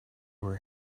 were